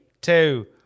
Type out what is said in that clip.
two